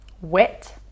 wit